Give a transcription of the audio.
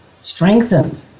strengthened